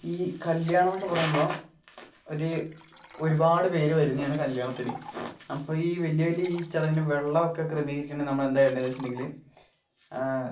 ഈ കല്യാണമെന്നൊക്കെ പറയുമ്പോള് ഒരുപാട് പേര് വരുന്നതാണ് കല്യാണത്തിന് അപ്പോള് ഈ വലിയ വലിയ ഈ ചടങ്ങില് വെള്ളമൊക്കെ ക്രമീകരിക്കുന്നതിനു നമ്മള് എന്താണു ചെയ്യേണ്ടതെന്നുവച്ചിട്ടുണ്ടെങ്കില്